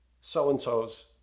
so-and-so's